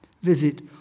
Visit